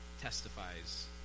testifies